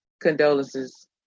condolences